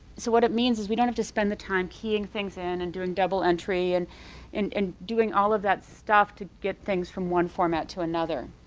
so what it means is we don't have to spend the time keying things in and doing double entry and and and doing all of that stuff to get things from one format to another.